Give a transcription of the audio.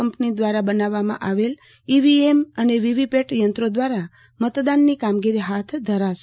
company દ્વારા બનાવવામાં આવેલા ઈવીએમ અને વીવીપેટ યંત્રો દ્વારા મતદાનની કામગીરી હાથ ધરાશે